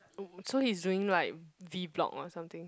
uh so he's doing like V blog or something